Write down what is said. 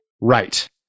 Right